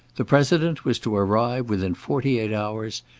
the president was to arrive within forty-eight hours,